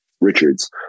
Richards